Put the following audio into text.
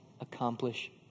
accomplish